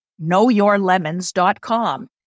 knowyourlemons.com